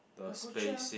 the butcher